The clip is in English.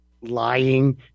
lying